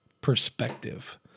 perspective